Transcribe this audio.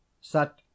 sat